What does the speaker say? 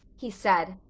he said,